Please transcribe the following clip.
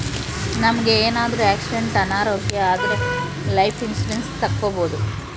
ನಮ್ಗೆ ಏನಾದ್ರೂ ಆಕ್ಸಿಡೆಂಟ್ ಅನಾರೋಗ್ಯ ಆದ್ರೆ ಲೈಫ್ ಇನ್ಸೂರೆನ್ಸ್ ತಕ್ಕೊಬೋದು